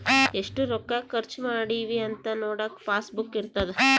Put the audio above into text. ಎಷ್ಟ ರೊಕ್ಕ ಖರ್ಚ ಮಾಡಿವಿ ಅಂತ ನೋಡಕ ಪಾಸ್ ಬುಕ್ ಇರ್ತದ